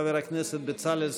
נמנעים.